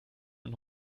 und